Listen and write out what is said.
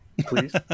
please